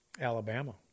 Alabama